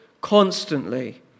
constantly